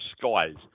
skies